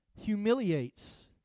humiliates